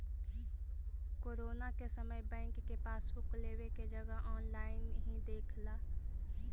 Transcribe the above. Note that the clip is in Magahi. कोरोना के समय बैंक से पासबुक लेवे के जगह ऑनलाइन ही देख ला